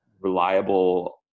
reliable